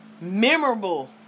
memorable